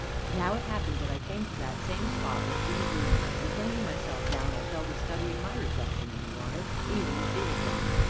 now it happened that i came to that same spot where she had leaned and, flinging myself down, i fell to studying my reflection in the water, even as she had done.